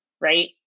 right